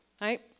right